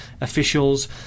Officials